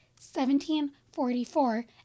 1744